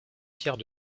pierre